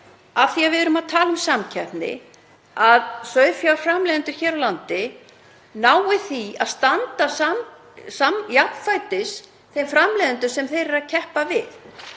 af því að við erum að tala um samkeppni, er að sauðfjárframleiðendur hér á landi nái að standa jafnfætis þeim framleiðendum sem þeir eru að keppa við.